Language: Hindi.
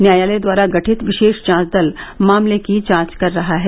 न्यायालय द्वारा गठित विशेष जांच दल मामले की जांच कर रहा है